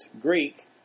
Greek